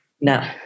No